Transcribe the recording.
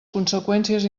conseqüències